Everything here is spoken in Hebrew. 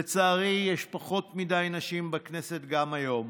לצערי יש פחות מדי נשים בכנסת גם היום,